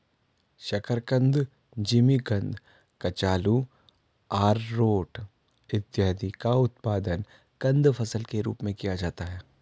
शकरकंद, जिमीकंद, कचालू, आरारोट इत्यादि का उत्पादन कंद फसल के रूप में किया जाता है